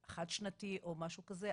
חד שנתי או משהו כזה,